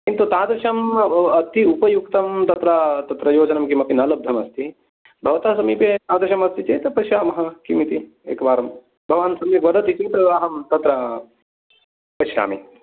किन्तु तदृशं अति उपयु्तं तत्र तत्र योजनं किमपि न लब्धमस्ति भवतः समीपे तादृशमस्ति चेत् तत् पश्यामः किमिति एकवारं भवान् सम्यक् वदति चेत् अहं तत्र पश्यामि